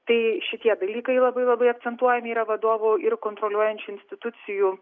tai šitie dalykai labai labai akcentuojami yra vadovų ir kontroliuojančių institucijų